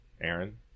aaron